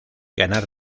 ganar